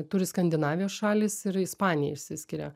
turi skandinavijos šalys ir ispanija išsiskiria